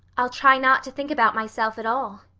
i'll try not to think about myself at all.